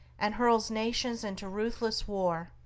and hurls nations into ruthless war,